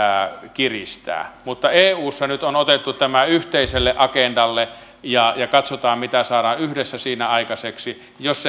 kiristää mutta eussa nyt on otettu tämä yhteiselle agendalle ja ja katsotaan mitä saadaan yhdessä siinä aikaiseksi jos